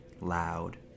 loud